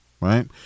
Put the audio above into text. right